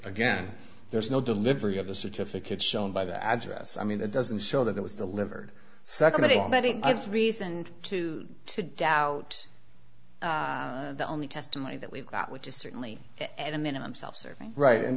again there's no delivery of the certificate shown by the address i mean that doesn't show that it was delivered second anybody that's reason to to doubt the only testimony that we've got which is certainly at a minimum self serving right and